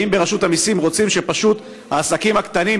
האם ברשות המיסים רוצים שפשוט העסקים הקטנים,